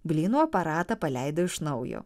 blynų aparatą paleido iš naujo